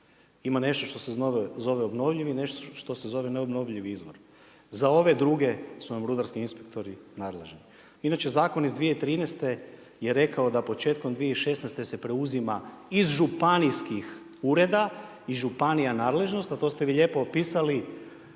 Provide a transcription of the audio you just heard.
Ima nešto što se zove obnovljivi, nešto što se zove neobnovljivi izvor. Za ove druge su nam rudarski inspektori nadležni. Inače zakon iz 2013. je rekao da početkom 2016. se preuzima iz županijskih ureda, iz županija nadležnost, a to ste vi lijepo opisali